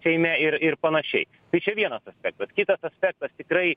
seime ir ir panašiai tai čia vienas aspektas kitas aspektas tikrai